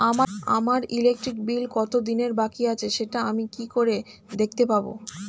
আমার electric bill কত দিনের বাকি আছে সেটা আমি কি করে দেখতে পাবো?